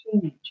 change